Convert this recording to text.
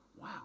Wow